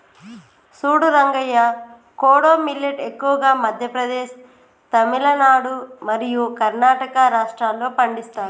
సూడు రంగయ్య కోడో మిల్లేట్ ఎక్కువగా మధ్య ప్రదేశ్, తమిలనాడు మరియు కర్ణాటక రాష్ట్రాల్లో పండిస్తారు